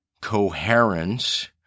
coherence